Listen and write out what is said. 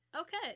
Okay